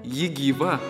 ji gyva